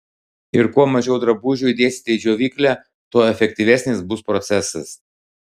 ir kuo mažiau drabužių įdėsite į džiovyklę tuo efektyvesnis bus procesas